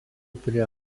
prie